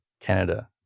Canada